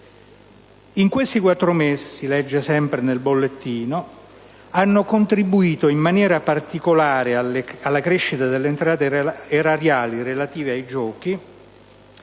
In questi quattro mesi, si legge sempre nel bollettino, hanno contribuito in maniera particolare alla crescita delle entrate erariali relative ai giochi